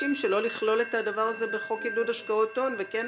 מתעקשים שלא לכלול את הדבר הזה בחוק עידוד השקעות הון וכן